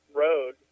road